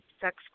sex